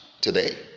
today